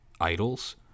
idols